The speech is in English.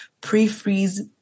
Pre-freeze